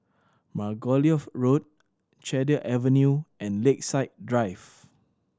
Margoliouth Road Cedar Avenue and Lakeside Drive